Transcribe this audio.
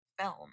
film